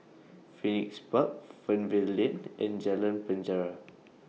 Phoenix Park Fernvale Lane and Jalan Penjara